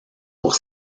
pour